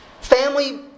family